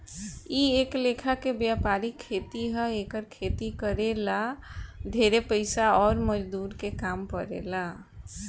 इ एक लेखा के वायपरिक खेती ह एकर खेती करे ला ढेरे पइसा अउर मजदूर के काम पड़ेला